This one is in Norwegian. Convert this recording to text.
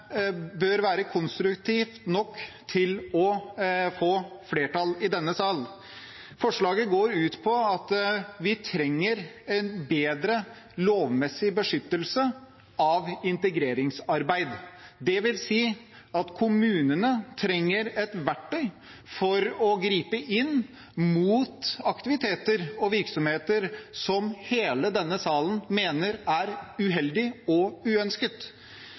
bør være konstruktivt nok til å få flertall i denne sal. Forslaget går ut på at vi trenger en bedre lovmessig beskyttelse av integreringsarbeid, dvs. at kommunene trenger et verktøy for å gripe inn mot aktiviteter og virksomheter som hele denne salen mener er uheldig og uønsket.